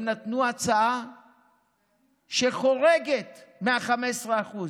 הם נתנו הצעה שחורגת מ-15%.